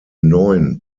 neun